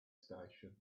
station